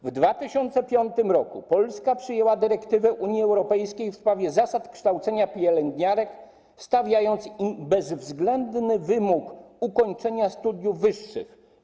W 2005 r. Polska przyjęła dyrektywę Unii Europejskiej w sprawie zasad kształcenia pielęgniarek, stawiając im bezwzględny wymóg ukończenia studiów wyższych.